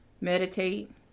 meditate